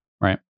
Right